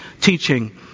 teaching